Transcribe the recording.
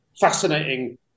fascinating